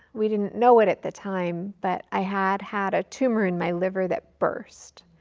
we didn't know it at the time, but i had had a tumor in my liver that burst.